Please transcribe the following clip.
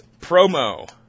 promo